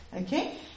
okay